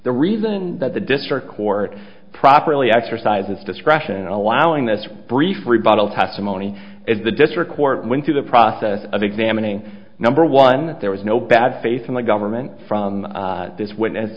the reason that the district court properly exercised its discretion in allowing this brief rebuttal testimony is the district court went through the process of examining number one there was no bad faith in the government from this witness